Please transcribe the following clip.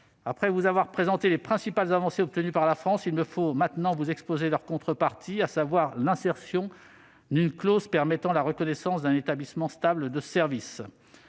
après vous avoir présenté les principales avancées obtenues par la France, il me faut maintenant vous exposer leur contrepartie, à savoir l'insertion d'une clause portant reconnaissance d'un établissement stable de services.